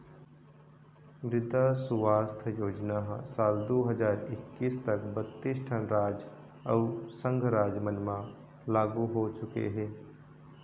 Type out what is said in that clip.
मृदा सुवास्थ योजना ह साल दू हजार एक्कीस तक बत्तीस ठन राज अउ संघ राज मन म लागू हो चुके हे